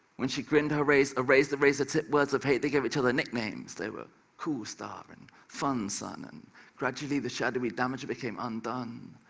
when she grinned her rays erased the razor-tipped words of hate, they gave each other nicknames, they were cool star and fun sun, and gradually the shadowy damage became undone,